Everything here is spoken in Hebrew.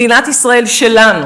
במדינת ישראל שלנו